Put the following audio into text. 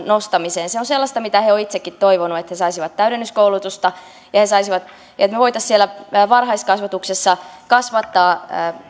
nostamiseen se on sellaista mitä he ovat itsekin toivoneet että he saisivat täydennyskoulutusta ja että me voisimme siellä varhaiskasvatuksessa kasvattaa